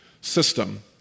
system